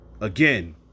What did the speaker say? again